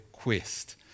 Quest